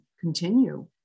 continue